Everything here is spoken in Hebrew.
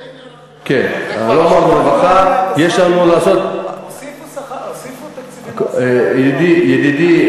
זה עניין אחר, הוסיפו תקציבים לשכר, ידידי,